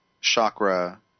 chakra